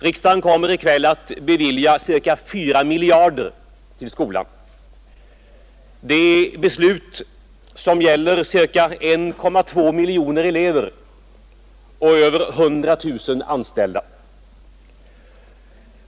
Riksdagen kommer i kväll att bevilja ca 4 miljarder till skolan, den kommer att fatta beslut som gäller ca 1,2 miljoner elever och över 100 000 anställda.